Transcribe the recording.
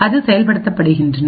அது செயல்படுத்தப்படுகின்றன